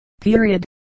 period